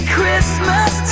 Christmas